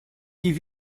die